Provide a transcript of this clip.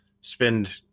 spend